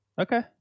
Okay